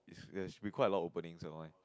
it's should be quite a lot of openings online